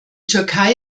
türkei